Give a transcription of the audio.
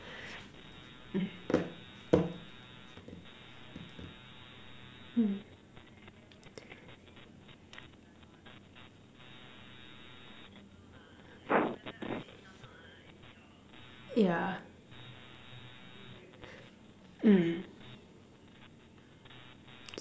mm yeah mm